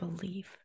believe